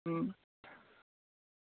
ꯎꯝ